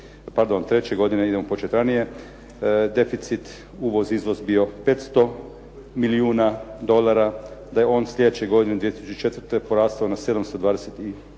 onda ćemo vidjeti da je 2003. godine deficit uvoz izvoz bio 500 milijuna dolara, da je on slijedeće godine 2004. porastao na 726